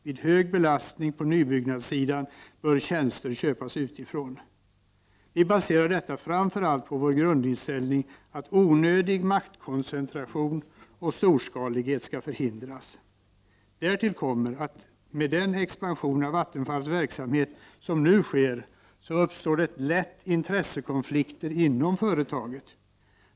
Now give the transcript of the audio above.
Vid hög belastning på nybyggnadssidan bör tjänster köpas in utifrån. Vi baserar detta framför allt på vår grundinställning att onödig maktkoncentration och storskalighet skall förhindras. Därtill kommer att det med den expansion av Vattenfalls verksamhet som nu sker lätt uppstår intressekonflikter inom företaget.